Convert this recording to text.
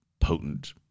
potent